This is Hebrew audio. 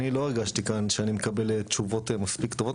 אני לא הרגשתי כאן שאני מקבל תשובות מספיק טובות,